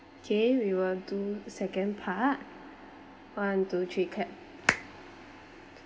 K we will do second part one two three clap